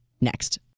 Next